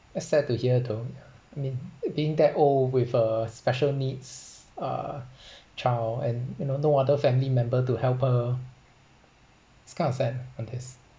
that's sad to hear though I mean being that old with a special needs uh child and you know no other family member to help her it's kind of sad on this